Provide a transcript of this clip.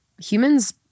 humans